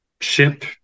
ship